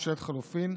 ממשלת חילופים),